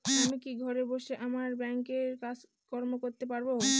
আমি কি ঘরে বসে আমার ব্যাংকের কাজকর্ম করতে পারব?